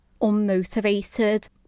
unmotivated